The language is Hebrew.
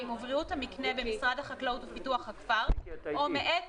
ובריאות המקנה במשרד החקלאות ופיתוח הכפר או מאת